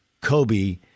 Kobe